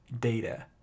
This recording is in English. data